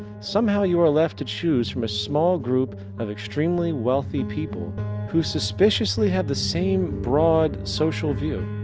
somehow you are left to choose from a small group of extremely wealthy people who suspiciously have the same broad social view.